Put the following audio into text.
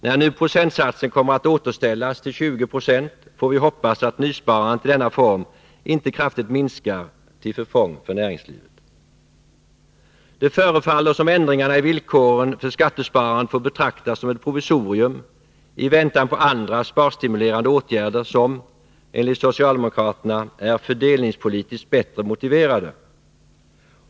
När nu procentsatsen kommer att återställas till 20 96, får vi hoppas att nysparandet i denna form inte kraftigt minskar till förfång för näringslivet. Det förefaller som om vi får betrakta ändringarna i villkoren för skattesparandet som ett provisorium i väntan på andra sparstimulerande åtgärder som, enligt socialdemokraterna, är fördelningspolitiskt bättre motiverade.